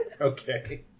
Okay